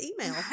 email